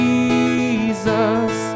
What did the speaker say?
Jesus